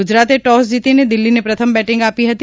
ગુજરાતે ટોસ જીતીને દિલ્હીને પ્રથમ બેટિંગ આપી હતી